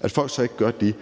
at folk så ikke gør det,